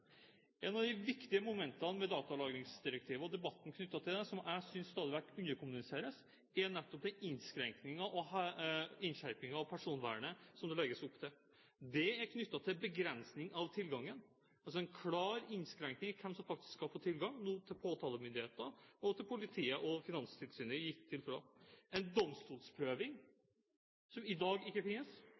Et av de viktige momentene ved datalagringsdirektivet og debatten knyttet til det som jeg synes stadig vekk underkommuniseres, er nettopp den innskrenkningen og innskjerpingen av personvernet som det legges opp til. Det er knyttet til begrensning av tilgangen, altså en klar innskrenkning i hvem som faktisk skal få tilgang, nå til påtalemyndighetene og til politiet, og Finanstilsynet. En domstolsprøving, som i dag ikke finnes,